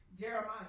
Jeremiah